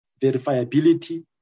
verifiability